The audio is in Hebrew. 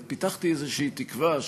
פיתחתי איזו תקווה,